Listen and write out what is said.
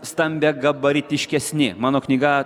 stambiagabaritiškesni mano knyga